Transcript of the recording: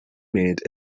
made